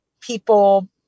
people